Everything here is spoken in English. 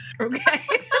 okay